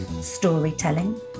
storytelling